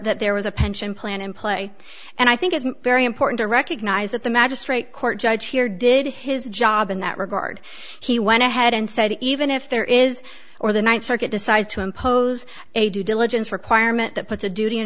that there was a pension plan in play and i think it's very important to recognize that the magistrate court judge here did his job in that regard he went ahead and said even if there is or the ninth circuit decided to impose a due diligence requirement that puts a duty